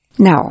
Now